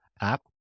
app